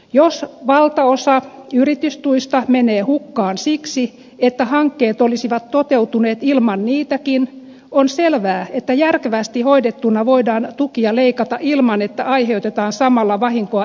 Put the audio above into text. jos valtaosa yritystuista menee hukkaan siksi että hankkeet olisivat toteutuneet ilman niitäkin on selvää että järkevästi hoidettuna voidaan tukia leikata ilman että aiheutetaan samalla vahinkoa yritystoiminnalle